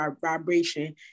vibration